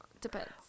Depends